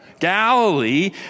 Galilee